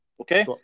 okay